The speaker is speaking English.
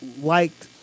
liked